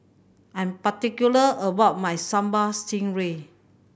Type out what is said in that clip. I'm particular about my Sambal Stingray